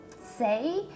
say